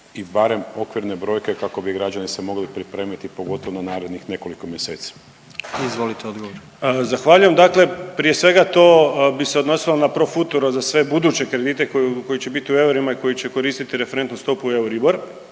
i barem okvirne brojke kako bi građani se mogli pripremiti pogotovo na narednih nekoliko mjeseci. **Jandroković, Gordan (HDZ)** Izvolite odgovor. **Čuraj, Stjepan (HNS)** Zahvaljujem. Dakle, prije svega to bi se odnosilo na profuturo za sve buduće kredite koji će biti u eurima i koji će koristiti referentnu stopu Euribor.